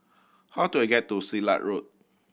how do I get to Silat Road